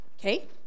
Okay